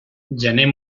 gener